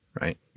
right